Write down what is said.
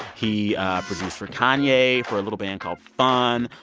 he produced for kanye, for a little band called fun,